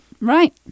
right